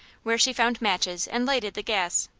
where she found matches and lighted the gas.